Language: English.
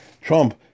Trump